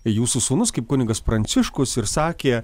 jūsų sūnus kaip kunigas pranciškus ir sakė